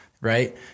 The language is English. right